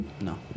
No